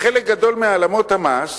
חלק גדול מהעלמות המס